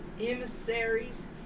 emissaries